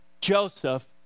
Joseph